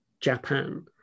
Japan